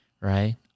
right